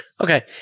Okay